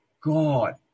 God